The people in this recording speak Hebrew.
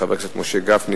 של חבר הכנסת משה גפני,